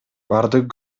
бардык